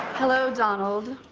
hello, donald.